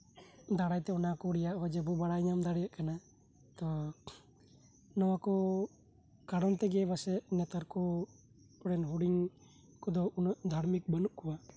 ᱫᱟᱨᱮᱛᱮ ᱚᱱᱟ ᱠᱚ ᱨᱮᱭᱟᱜ ᱚᱡᱮ ᱵᱚ ᱵᱟᱲᱟᱭ ᱧᱟᱢ ᱫᱟᱲᱮᱭᱟᱜ ᱠᱟᱱᱟ ᱛᱚ ᱱᱚᱶᱟ ᱠᱚ ᱠᱟᱨᱚᱱ ᱛᱮᱜᱮ ᱯᱟᱪᱮᱫ ᱱᱮᱛᱟᱨ ᱠᱚᱨᱮᱱ ᱦᱩᱰᱤᱧ ᱠᱚᱫᱚ ᱩᱱᱟᱹᱜ ᱫᱷᱟᱨᱢᱤᱠ ᱵᱟᱱᱩᱜ ᱠᱚᱣᱟ